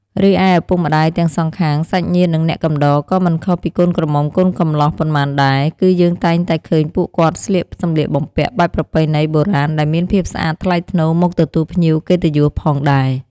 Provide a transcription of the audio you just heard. រីឯឪពុកម្តាយទាំងសងខាង សាច់ញាតិ និងអ្នកកំដរក៏មិនខុសពីកូនក្រមុំកូនកំលោះប៉ុន្មានដែល គឺយើងតែងតែឃើញពួកគាត់ស្លៀកសំលៀកបំពាក់បែបប្រពៃណីបុរាណដែលមានភាពស្អាតថ្លៃថ្នូរមកទទួលភ្ញៀវកិត្តិយសផងដែរ។